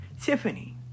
Tiffany